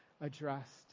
addressed